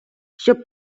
щоб